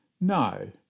No